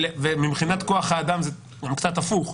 ומבחינת כוח האדם זה קצת הפוך.